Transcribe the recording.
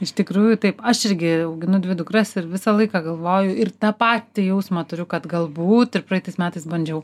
iš tikrųjų taip aš irgi auginu dvi dukras ir visą laiką galvoju ir tą patį jausmą turiu kad galbūt ir praeitais metais bandžiau